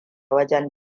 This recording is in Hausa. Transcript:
wajen